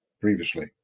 previously